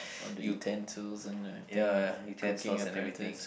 all the utensils and the thing and cooking apparatus